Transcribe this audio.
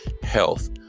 health